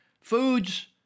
foods